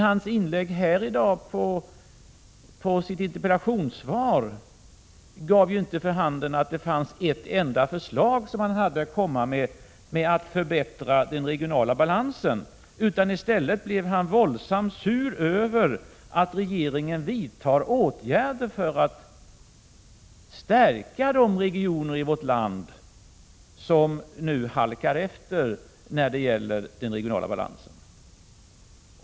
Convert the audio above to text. Hans inlägg här i dag med anledning av interpellationssvaret gav emellertid inte vid handen att han hade ett enda förslag till förbättring av den regionala balansen, utan i stället blev han våldsamt sur över att regeringen vidtar åtgärder för att stärka de regioner i vårt land som nu halkar efter när det gäller den regionala balansen.